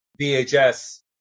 VHS